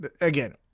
again